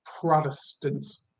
Protestants